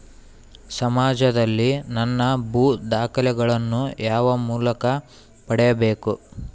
ಸಮಾಜದಲ್ಲಿ ನನ್ನ ಭೂ ದಾಖಲೆಗಳನ್ನು ಯಾವ ಮೂಲಕ ಪಡೆಯಬೇಕು?